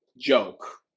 joke